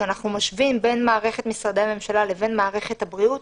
כשאנחנו משווים בין מערכת משרדי הממשלה לבין מערכת הבריאות,